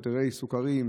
עתירי סוכרים,